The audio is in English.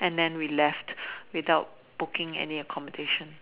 and then we left without booking any accommodation